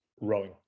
rowing